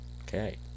Okay